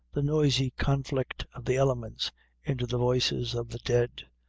the noisy conflict of the elements into the voices of the dead,